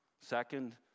Second